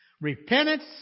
Repentance